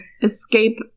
Escape